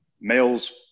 males